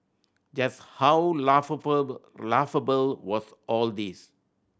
just how laughable was all this